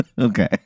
Okay